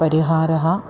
परिहारः